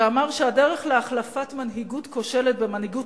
ואמר שהדרך להחלפת מנהיגות כושלת במנהיגות